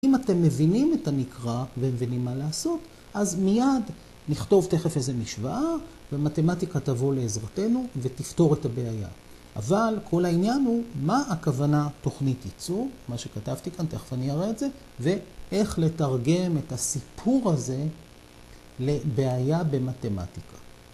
‫אם אתם מבינים את הנקרא ‫ומבינים מה לעשות, ‫אז מיד נכתוב תכף איזה משוואה ‫ומתמטיקה תבוא לעזרתנו ‫ותפתור את הבעיה. ‫אבל, כל העניין הוא, ‫מה הכוונה תוכנית ייצור, ‫מה שכתבתי כאן, ‫תכף אני אראה את זה, ‫ואיך לתרגם את הסיפור הזה ‫לבעיה במתמטיקה.